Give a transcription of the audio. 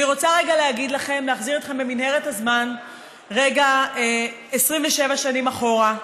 אני רוצה להחזיר אתכם במנהרת הזמן 27 שנים אחורה,